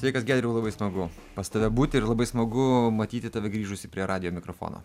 sveikas giedriau labai smagu pas tave būti ir labai smagu matyti tave grįžusį prie radijo mikrofono